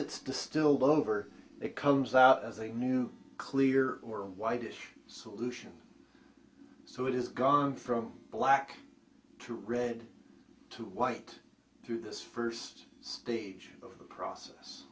it's distilled over it comes out as a new clear why dish solution so it is gone from black to red to white through this first stage of the process